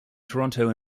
toronto